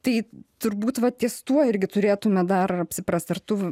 tai turbūt va ties tuo irgi turėtume dar apsiprast ar tu